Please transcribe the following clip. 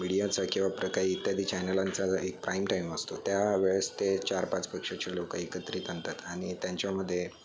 मीडियाचा किंवा प्र काही इत्यादी चॅनलांचा जो एक प्राईम टाईम असतो त्या वेळेस ते चार पाच पक्षाचे लोकं एकत्रित आणतात आणि त्यांच्यामध्ये